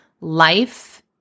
life